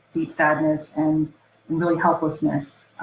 deep sadness and really helplessness.